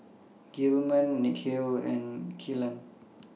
Gilman Nikhil and Killian